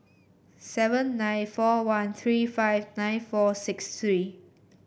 seven nine four one three five nine four six three